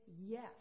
yes